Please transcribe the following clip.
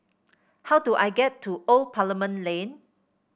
how do I get to Old Parliament Lane